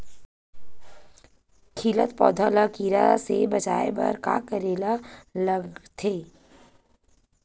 खिलत पौधा ल कीरा से बचाय बर का करेला लगथे?